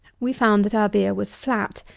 we found that our beer was flat,